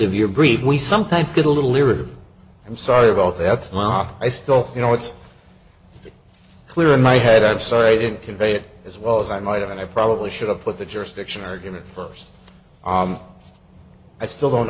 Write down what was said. of your brief we sometimes get a little leery or i'm sorry about that i thought i still you know it's clear in my head i'm sorry i didn't convey it as well as i might i probably should have put the jurisdiction argument first i still don't